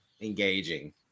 engaging